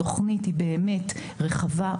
התוכנית רחבה,